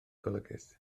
golygus